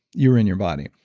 you were in your body.